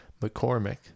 McCormick